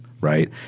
right